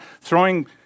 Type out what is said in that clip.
throwing